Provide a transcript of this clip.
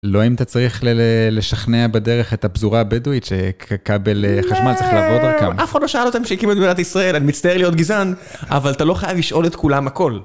לא אם אתה צריך לשכנע בדרך את הפזורה הבדואית שכבל חשמל צריך לעבור דרכם. אף אחד לא שאל אותם שהקימו את מדינת ישראל, אני מצטער להיות גזען, אבל אתה לא חייב לשאול את כולם הכל.